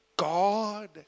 God